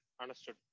Understood